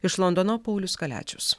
iš londono paulius kaliačius